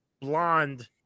blonde